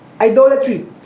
Idolatry